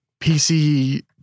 PC